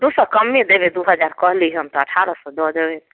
दुइ सओ कम्मे देबै दुइ हजार कहली हम तऽ अठारह सओ दऽ देबै